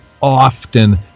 often